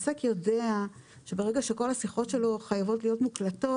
עוסק יודע שברגע שכל השיחות שלו חייבות להיות מוקלטות,